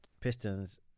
Pistons